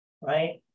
right